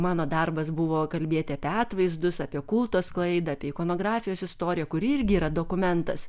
mano darbas buvo kalbėti apie atvaizdus apie kulto sklaidą apie ikonografijos istoriją kuri irgi yra dokumentas